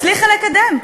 הצליחה לקדם.